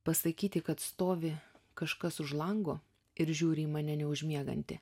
pasakyti kad stovi kažkas už lango ir žiūri į mane neužmiegantį